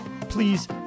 please